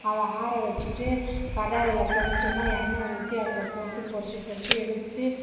அதை ஆற வெச்சுட்டு கடாயில் கொஞ்சமாக எண்ணெய் ஊற்றி அதில் போட்டு பொறிச்சு பொறிச்சு எடுத்து